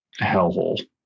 hellhole